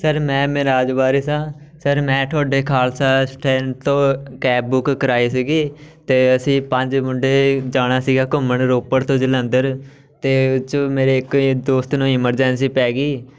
sir ਮੈਂ ਮਿਰਾਜ ਵਾਰਿਸ ਹਾਂ sir ਮੈਂ ਤੁਹਾਡੇ ਖਾਲਸਾ ਸਟੈਂਡ ਤੋਂ ਕੈਬ ਬੁੱਕ ਕਰਵਾਈ ਸੀਗੀ ਅਤੇ ਅਸੀਂ ਪੰਜ ਮੁੰਡੇ ਜਾਣਾ ਸੀਗਾ ਘੁੰਮਣ ਰੋਪੜ ਤੋਂ ਜਲੰਧਰ ਅਤੇ ਉਹ 'ਚ ਮੇਰੇ ਇੱਕ ਦੋਸਤ ਨੂੰ ਇਮਰਜੈਂਸੀ ਪੈ ਗਈ